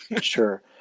Sure